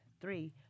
three